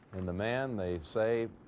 and the man they say